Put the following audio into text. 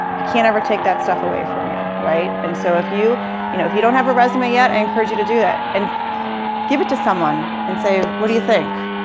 can't ever take that stuff away from you, right. and so if you you know if you don't have a resume yet, i encourage you to do it. and give it to someone, and say what do you think?